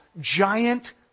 giant